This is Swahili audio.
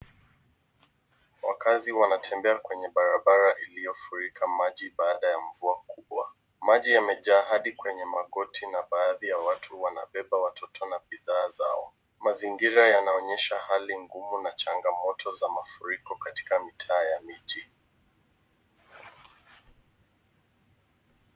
Wakazi wanatembea kwenye barabara iliyofurika maji baada ya mvua kubwa. Maji yamejaa hadi kwenye magoti na baadhi ya watu wanabeba watoto na bidhaa zao. Mazingira yanaonyesha hali ngumu na changamoto za mafuriko katika mitaa ya miji.